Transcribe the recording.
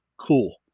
cool